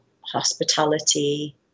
hospitality